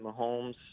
Mahomes